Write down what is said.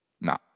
No